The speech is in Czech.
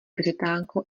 vřetánko